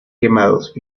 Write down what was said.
quemados